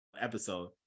episode